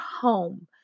home